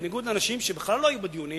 בניגוד לאנשים שבכלל לא היו בדיונים